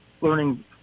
learning